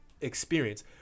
experience